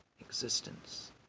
existence